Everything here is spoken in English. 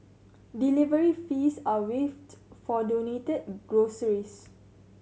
delivery fees are waived for donated groceries